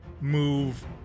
move